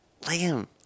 Liam